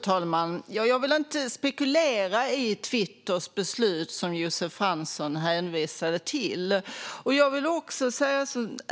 Fru talman! Jag vill inte spekulera i Twitters beslut, som Josef Fransson hänvisade till.